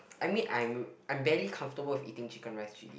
I mean I am I am barely comfortable with eating chicken rice already